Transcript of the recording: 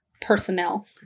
personnel